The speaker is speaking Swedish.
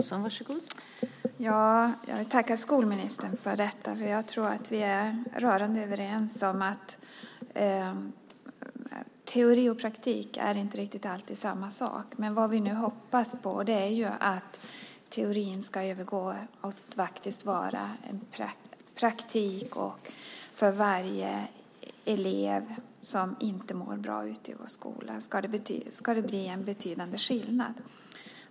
Fru talman! Jag vill tacka skolministern för detta. Jag tror att vi är rörande överens om att teori och praktik inte alltid är riktigt samma sak. Vad vi nu hoppas på är att teorin ska övergå till att faktiskt vara praktik. För varje elev som inte mår bra ute i våra skolor ska det bli en betydande skillnad.